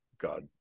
God